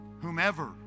whomever